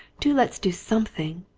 do let's do something!